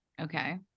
okay